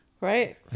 Right